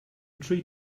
tree